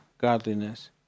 godliness